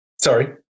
Sorry